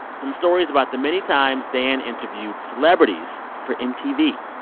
some stories about the many times dan interviewed celebrities for mtv,